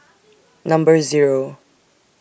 Number Zero